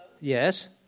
Yes